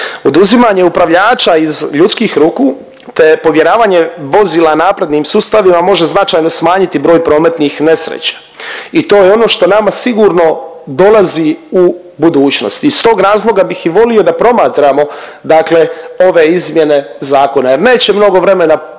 Oduzimanje upravljača iz ljudskih ruku te povjeravanje vozila naprednim sustavima može značajno smanjiti broj prometnih nesreća i to je ono što nama sigurno dolazi u budućnosti. Iz tog razloga bih i volio da promatramo, dakle, ove izmjene zakona jer neće mnogo vremena proći